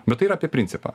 bet tai yra apie principą